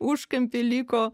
užkampy liko